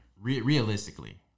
Realistically